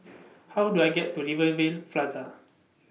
How Do I get to Rivervale Plaza